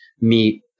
meet